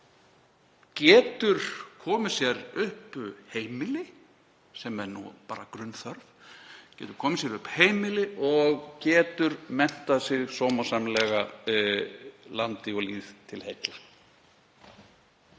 getur komið sér upp heimili, sem er nú bara grunnþörf. Getur komið sér upp heimili og getur menntað sig sómasamlega landi og lýð til heilla.